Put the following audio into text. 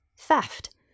theft